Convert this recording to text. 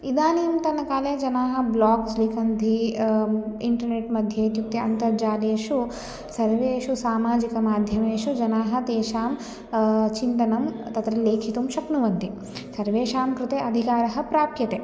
इदानींतनकाले जनाः ब्लोग्स् लिखन्ति इण्टर्नेट्मध्ये इत्युक्ते अन्तर्जालेषु सर्वेषु समाजिकमाध्यमेषु जनाः तेषां चिन्तनं तत्र लेखितुं शक्नुवन्ति सर्वेषां कृते अधिकारः प्राप्यते